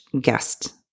guest